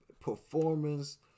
performance